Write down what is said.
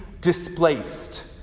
displaced